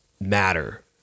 matter